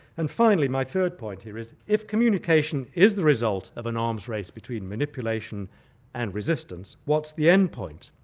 and finally, my third point here is, if communication is the result of an arms race between manipulation and resistance, what's the end point?